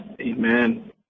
Amen